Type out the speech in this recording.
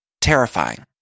terrifying